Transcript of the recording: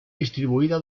distribuida